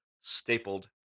stapled